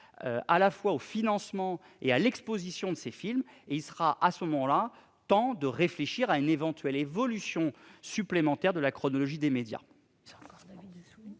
davantage au financement et à l'exposition des films. Il sera alors temps de réfléchir à une éventuelle évolution supplémentaire de la chronologie des médias.